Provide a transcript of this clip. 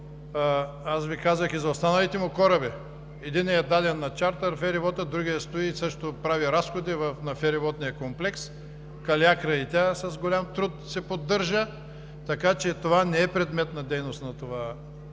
аз Ви казах и за останалите му кораби – единият е даден на чартър, фериботът, другият стои, също прави разходи на фериботния комплекс, „Калиакра“ и тя с голям труд се поддържа, така че това не е предмет на дейност на това дружество.